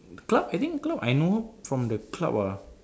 club I think club I know her from the club ah